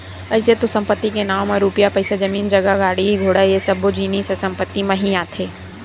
अइसे तो संपत्ति के नांव म रुपया पइसा, जमीन जगा, गाड़ी घोड़ा ये सब्बो जिनिस ह संपत्ति म ही आथे